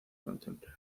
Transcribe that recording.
contemplan